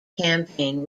campaign